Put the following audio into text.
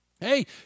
Hey